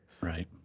right